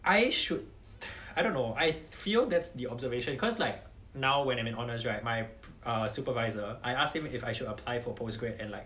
I should I don't know I feel that's the observation cause like now when I'm in honours right my uh supervisor I ask him if I should apply for post grad and like